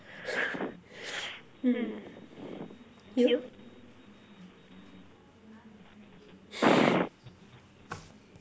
mm you